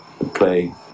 Play